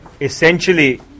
essentially